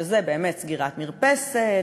שזה באמת סגירת מרפסת,